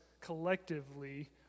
collectively